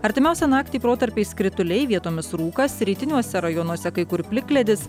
artimiausią naktį protarpiais krituliai vietomis rūkas rytiniuose rajonuose kai kur plikledis